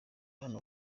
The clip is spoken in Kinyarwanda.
hano